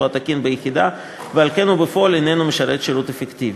התקין ביחידה ועל כן הוא בפועל איננו משרת שירות אפקטיבי.